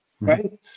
right